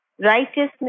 righteousness